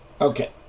Okay